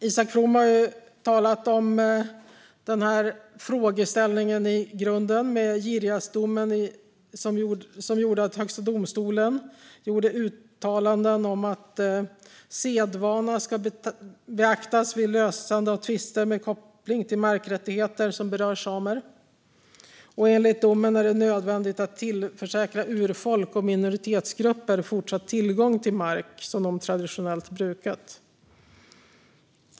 Isak From har talat om frågeställningen i grunden med Girjasdomen där Högsta domstolen gjorde uttalanden om att sedvana ska beaktas vid lösande av tvister med koppling till markrättigheter som berör samer. Enligt domen är det nödvändigt att tillförsäkra urfolk och minoritetsgrupper fortsatt tillgång till mark som de traditionellt brukat.